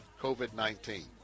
COVID-19